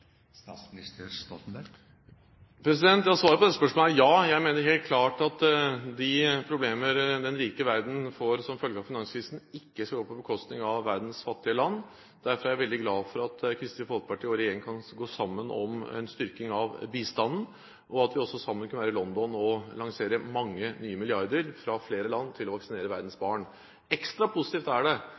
Svaret på det spørsmålet er ja. Jeg mener helt klart at de problemer den rike verden får som følge av finanskrisen, ikke skal gå på bekostning av verdens fattige land. Derfor er jeg veldig glad for at Kristelig Folkeparti og regjeringen kan gå sammen om en styrking av bistanden, og at vi også sammen kunne være i London og lansere mange nye milliarder fra flere land til å vaksinere verdens barn. Ekstra positivt er det